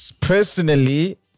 personally